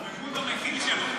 הוא במוד המכיל שלו.